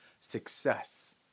success